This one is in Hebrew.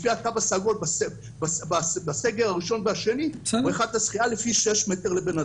לפי התו הסגול בסגר הראשון והשני בריכת השחייה לפי 6 מטר לבנאדם.